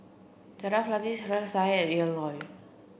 Jaafar Latiff Sarkasi Said and Ian Loy